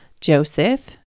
Joseph